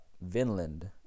vinland